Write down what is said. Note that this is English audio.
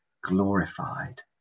glorified